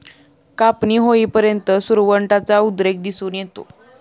कापणी होईपर्यंत सुरवंटाचा उद्रेक दिसून येतो